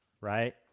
right